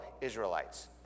Israelites